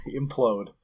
implode